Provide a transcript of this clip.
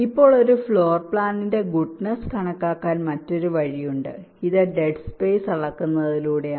ഇപ്പോൾ ഒരു ഫ്ലോർ പ്ലാനിന്റെ ഗുഡ്നെസ്സ് കണക്കാക്കാൻ മറ്റൊരു വഴിയുണ്ട് ഇത് ഡെഡ് സ്പേസ് അളക്കുന്നതിലൂടെയാണ്